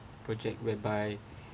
project whereby